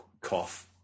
cough